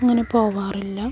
അങ്ങനെ പോവാറില്ല